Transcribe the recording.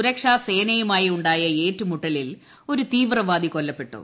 സുരക്ഷാസേനയുമായുണ്ടായ ഏറ്റുമുട്ടലിൽ ഒരു തീവ്രവാദി കൊല്ലപ്പെട്ടു